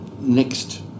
next